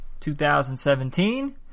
2017